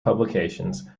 publications